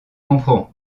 comprends